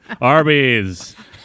Arby's